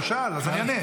שאלתי --- תן לי,